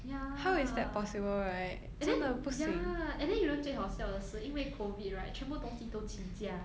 ya and then ya and then you know 最好笑的是因为 COVID right 全部东西都起价